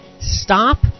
stop